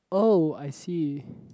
oh I see